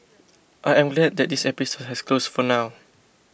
I am glad that this episode has closed for now